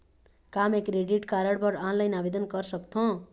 का मैं credit card बर ऑनलाइन आवेदन कर सकथों?